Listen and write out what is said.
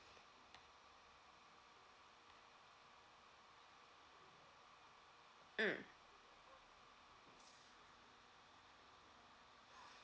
mm